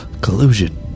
Collusion